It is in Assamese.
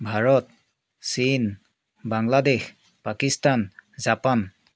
ভাৰত চীন বাংলাদেশ পাকিস্তান জাপান